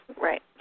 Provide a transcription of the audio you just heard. Right